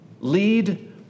Lead